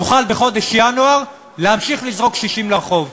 תוכל בחודש ינואר להמשיך לזרוק קשישים לרחוב.